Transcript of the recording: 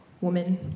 woman